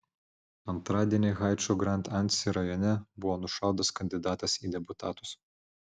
antradienį haičio grand anse rajone buvo nušautas kandidatas į deputatus